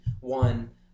one